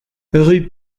rue